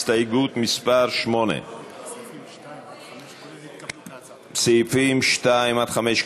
הסתייגות מס' 8. סעיפים 2 5,